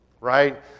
right